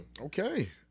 Okay